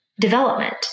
development